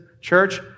church